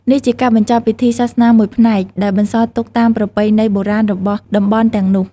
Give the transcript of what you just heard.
នេះជាការបញ្ចប់ពិធីសាសនាមួយផ្នែក ដែលបន្សល់ទុកតាមប្រពៃណីបុរាណរបស់តំបន់ទាំងនោះ។